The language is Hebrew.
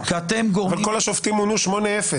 וכל השופטים מונו 8-0?